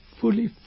fully